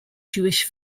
jewish